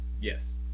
yes